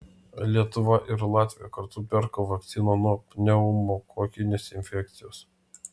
lietuva ir latvija kartu perka vakciną nuo pneumokokinės infekcijos